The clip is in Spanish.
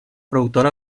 productor